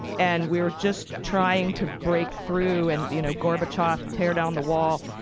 and we were just trying to break through, and, you know, gorbachev tear down the wall.